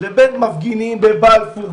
לבין מפגינים בבלפור,